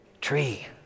tree